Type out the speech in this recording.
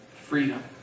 freedom